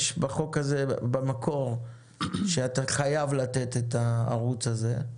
במקור יש בחוק הזה שאתה חייב לתת את הערוץ הזה.